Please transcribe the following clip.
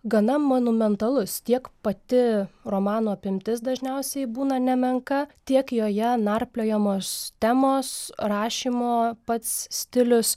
gana monumentalus tiek pati romano apimtis dažniausiai būna nemenka tiek joje narpliojamos temos rašymo pats stilius